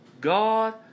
God